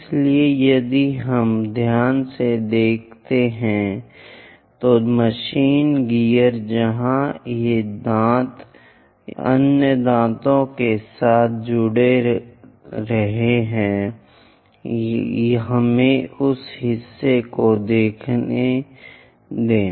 इसलिए यदि हम ध्यान से देख रहे हैं तो मशीन गियर जहां ये दांत अन्य दांतों के साथ जुड़ रहे हैं हमें उस हिस्से को देखने दें